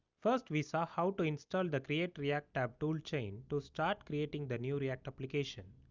first we saw how to install the create-react-app toolchain to start creating the new react application.